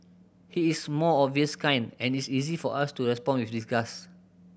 he is more obvious kind and it's easy for us to respond with disgust